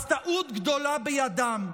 אז טעות גדולה בידם.